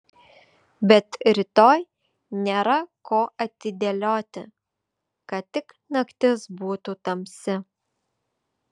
bet rytoj nėra ko atidėlioti kad tik naktis būtų tamsi